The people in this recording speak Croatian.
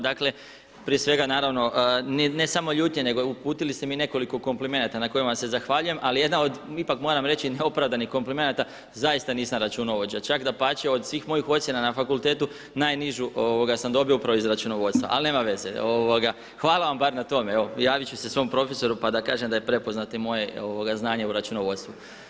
Dakle, prije svega naravno, ne samo ljutnje nego uputili ste mi i nekoliko komplimenata na kojima vam se zahvaljujem ali jedna od ipak moram reći neopravdanih komplimenata, zaista nisam računovođa, čak, dapače od svih mojih ocjena na fakultetu najnižu sam dobio upravo iz računovodstva, ali nema veze, hvala vam bar na tome, evo javiti ću se svom profesoru pa da kažem da je prepoznato i moje znanje u računovodstvu.